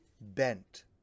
bent